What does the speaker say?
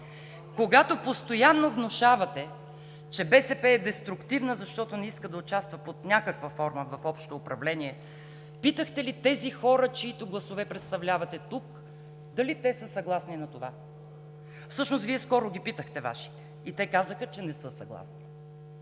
Когато постоянно внушавате, че БСП е деструктивна, защото не иска да участва под някаква форма в общо управление, питахте ли тези хора, чиито гласове представлявате тук дали те са съгласни на това. Всъщност, Вие скоро ги питахте Вашите и те казаха, че не са съгласни.